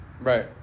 Right